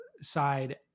side